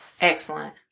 excellent